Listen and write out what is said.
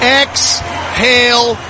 exhale